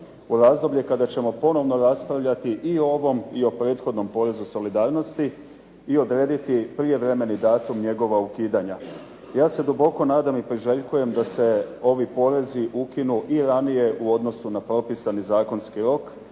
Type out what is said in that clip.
U razdoblje kada ćemo ponovno raspravljati i o ovom i o prethodnom porezu solidarnosti i odrediti prijevremeni datum njegova ukidanja. Ja se duboko nadam i priželjkujem da se ovi porezi ukinu i ranije u odnosu na propisani zakonski rok,